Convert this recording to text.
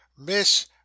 miss